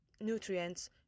nutrients